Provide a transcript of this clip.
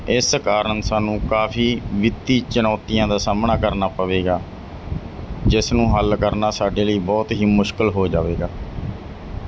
ਇਸ ਕਾਰਨ ਸਾਨੂੰ ਕਾਫੀ ਵਿੱਤੀ ਚੁਣੌਤੀਆਂ ਦਾ ਸਾਹਮਣਾ ਕਰਨਾ ਪਵੇਗਾ ਜਿਸ ਨੂੰ ਹੱਲ ਕਰਨਾ ਸਾਡੇ ਲਈ ਬਹੁਤ ਹੀ ਮੁਸ਼ਕਿਲ ਹੋ ਜਾਵੇਗਾ